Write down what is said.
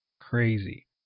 Crazy